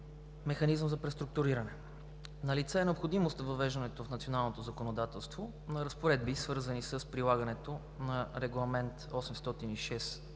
механизъм за преструктуриране. Налице е необходимост от въвеждането в националното законодателство на разпоредби, свързани с прилагането на Регламент №